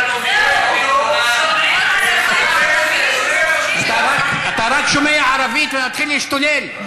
אתה רק שומע ערבית ומתחיל להשתולל.